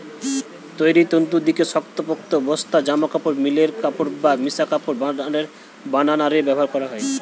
তৈরির তন্তু দিকি শক্তপোক্ত বস্তা, জামাকাপড়, মিলের কাপড় বা মিশা কাপড় বানানা রে ব্যবহার হয়